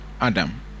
Adam